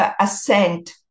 assent